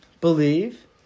believe